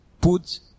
put